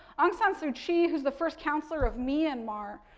aung san suu kyi, who's the first counselor of myanmar,